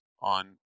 on